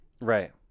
Right